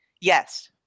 Yes